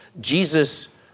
Jesus